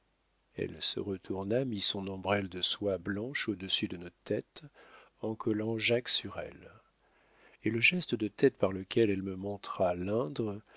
elle se retourna mit son ombrelle de soie blanche au-dessus de nos têtes en collant jacques sur elle et le geste de tête par lequel elle me montra